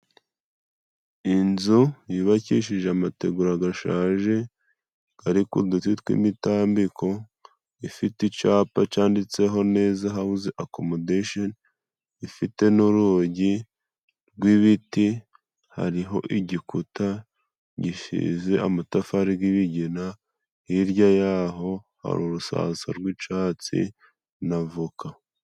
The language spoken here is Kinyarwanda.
Inzu yubakishije amategura gashaje gari kuduti tw'imitambiko, ifite icapa canditseho neza hawuze akomodesheni, ifite n'urugi rw'ibiti, hariho igikuta gisize amatafari g'ibigina, hirya y'aho hari urusasa rw'icatsi n'avoka.